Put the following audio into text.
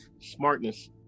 smartness